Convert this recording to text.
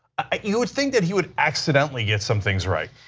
ah you would think and he would accidentally get some things right.